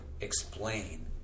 explain